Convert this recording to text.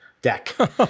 Deck